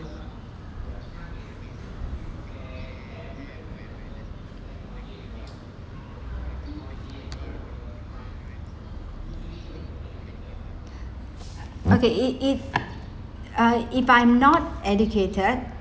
okay it it uh if I'm not educated